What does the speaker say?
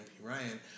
Ryan